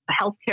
healthcare